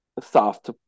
Soft